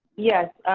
yes,